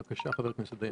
בבקשה, חבר הכנסת דיין.